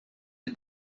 the